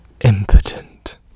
impotent